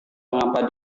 mengapa